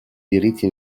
diritti